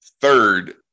third